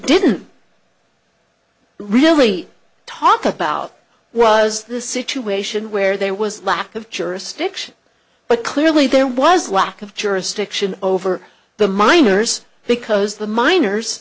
didn't really talked about was the situation where there was lack of jurisdiction but clearly there was lack of jurisdiction over the miners because the miners